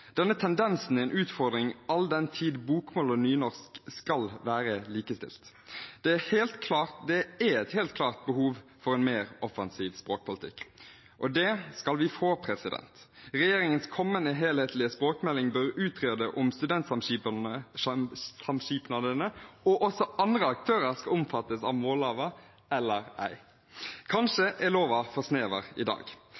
Denne tendensen er en utfordring all den tid bokmål og nynorsk skal være likestilte. Det er et helt klart behov for en mer offensiv språkpolitikk, og det skal vi få. Regjeringens kommende helhetlige språkmelding bør utrede om studentsamskipnadene og også andre aktører skal omfattes av målloven eller ei.